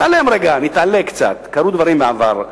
להתעלם לרגע, להתעלות קצת, קרו דברים בעבר.